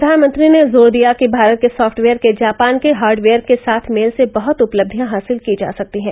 प्रधानमंत्री ने जोर दिया कि भारत के सॉफ्टवेयर के जापान के हार्डवेयर के साथ मेल से बहुत उपलब्धियां हासिल की जा सकती हैं